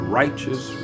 righteous